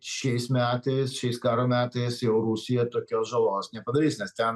šiais metais šiais karo metais jau rusija tokios žalos nepadarys nes ten